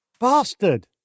bastard